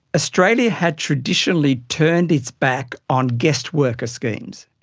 australia had traditionally turned its back on guest worker schemes.